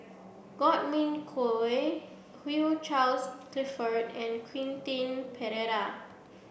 Godwin Koay Hugh Charles Clifford and Quentin Pereira